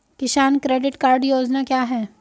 किसान credit card योजना क्या है?